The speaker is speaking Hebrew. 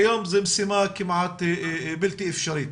כיום זו משימה כמעט בלתי אפשרית.